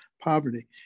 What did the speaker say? poverty